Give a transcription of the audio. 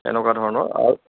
এনেকুৱা ধৰণৰ আৰু